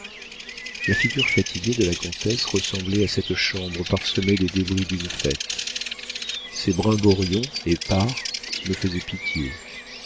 la figure fatiguée de la comtesse ressemblait à cette chambre parsemée des débris d'une fête ces brimborions épars me faisaient pitié